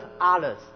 others